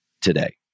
today